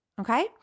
okay